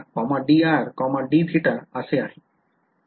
तर हे rdr dθ असे आहे